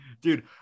Dude